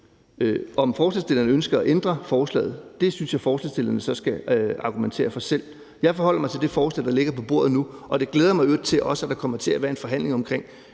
Om forslagsstillerne ønsker at ændre forslaget, synes jeg forslagsstillerne skal argumentere for selv. Jeg forholder mig til det forslag, der ligger på bordet nu, og det glæder jeg mig i øvrigt også til at der kommer til at være en forhandling om i